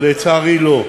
לצערי, לא,